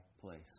place